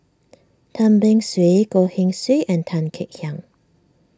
Tan Beng Swee Goh Keng Swee and Tan Kek Hiang